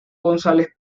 gonzález